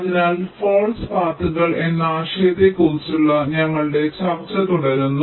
അതിനാൽ ഫാൾസ് പാത്തുകൾ എന്ന ആശയത്തെക്കുറിച്ചുള്ള ഞങ്ങളുടെ ചർച്ച തുടരുന്നു